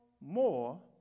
more